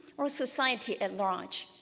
or society at large.